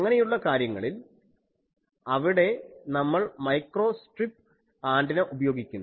അങ്ങനെയുള്ള കാര്യങ്ങളിൽ അവിടെ നമ്മൾ മൈക്രോ സ്ട്രിപ് ആൻറിന ഉപയോഗിക്കുന്നു